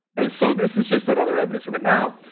and so this is just another evidence of it. now,